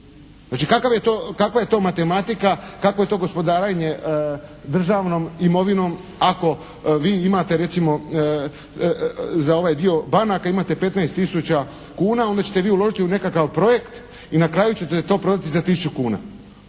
Znači kakva je to matematika, kakvo je to gospodarenje državnom imovinom ako vi imate recimo za ovaj dio banaka imate 15 tisuća kuna, onda ćete vi uložiti u nekakav projekt i na kraju ćete to prodati za tisuću kuna.